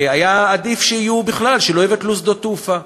היה עדיף שיהיו, בכלל, שלא יבטלו שדות תעופה.